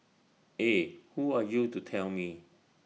eh who are you to tell me